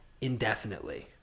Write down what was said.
indefinitely